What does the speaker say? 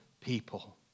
people